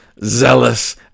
zealous